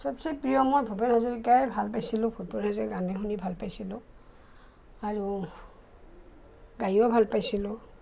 চবচে প্ৰিয় মোৰ ভূপেন হাজৰিকাই ভাল পাইছিলোঁ ভূপেন হাজৰিকাৰ গানে শুনি ভাল পাইছিলোঁ আৰু গায়ো ভাল পাইছিলোঁ